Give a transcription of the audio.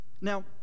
Now